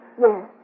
Yes